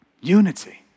Unity